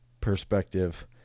perspective